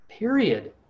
Period